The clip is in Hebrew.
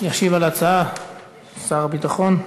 ישיב על ההצעה שר הביטחון.